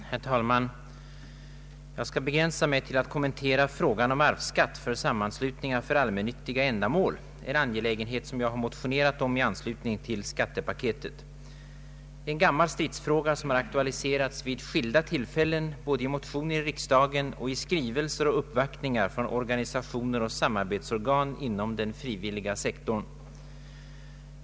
Herr talman! Jag skall begränsa mig till att kommentera frågan om arvsskatt för sammanslutningar för allmännyttiga ändamål, en angelägenhet som jag motionerat om i anslutning till skattepaketet. Det är en gammal stridsfråga som har aktualiserats vid skilda tillfällen både i motioner i riksdagen och i skrivelser och uppvaktningar från organisationer och samarbetsorgan inom den frivilliga sektorn.